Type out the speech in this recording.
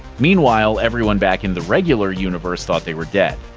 meanwhile, everyone back in the regular universe thought they were dead.